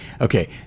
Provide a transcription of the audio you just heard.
Okay